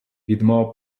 відмова